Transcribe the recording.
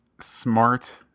smart